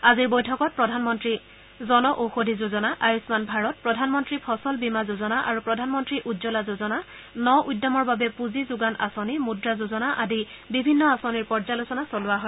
আজিৰ এই বৈঠকত প্ৰধানমন্ত্ৰী জনঔষধী যোজনা আয়ুস্মান ভাৰত প্ৰধানমন্ত্ৰী ফচল বীমা যোজনা আৰু প্ৰধানমন্ত্ৰী উজ্জ্বলা যোজনা ন উদ্যমৰ বাবে পুঁজি যোগান আঁচনি মুদ্ৰা যোজনা আদি বিভিন্ন আঁচনিৰ পৰ্যালোচনা চলোৱা হয়